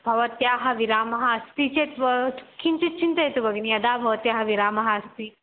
भवत्याः विरामः अस्ति चेत् ब किञ्चित् चिन्तयतु भगिनि यदा भवत्याः विरामः अस्ति